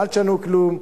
אל תשנו כלום.